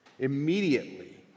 Immediately